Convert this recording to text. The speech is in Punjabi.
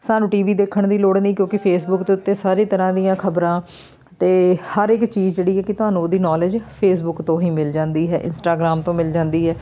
ਸਾਨੂੰ ਟੀ ਵੀ ਦੇਖਣ ਦੀ ਲੋੜ ਨਹੀਂ ਕਿਉਂਕਿ ਫੇਸਬੁੱਕ ਦੇ ਉੱਤੇ ਸਾਰੀ ਤਰ੍ਹਾਂ ਦੀਆਂ ਖਬਰਾਂ ਅਤੇ ਹਰ ਇੱਕ ਚੀਜ਼ ਜਿਹੜੀ ਆ ਕਿ ਤੁਹਾਨੂੰ ਉਹਦੀ ਨੌਲੇਜ ਫੇਸਬੁਕ ਤੋਂ ਹੀ ਮਿਲ ਜਾਂਦੀ ਹੈ ਇੰਸਟਾਗ੍ਰਾਮ ਤੋਂ ਮਿਲ ਜਾਂਦੀ ਹੈ